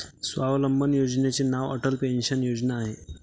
स्वावलंबन योजनेचे नाव अटल पेन्शन योजना आहे